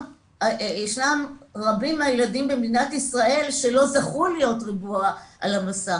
ישנם רבים מהילדים במדינת ישראל שלא זכו להיות ריבוע על המסך.